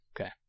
Okay